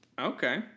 Okay